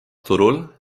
turul